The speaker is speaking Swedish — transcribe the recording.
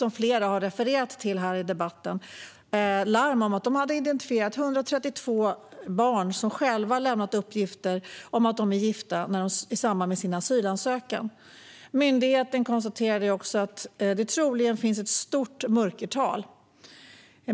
, som många har refererat till, slogs det larm om att man hade identifierat 132 barn som själva i samband med sin asylansökan lämnat uppgifter om att de är gifta. Myndigheten konstaterade också att det troligen finns ett stort mörkertal.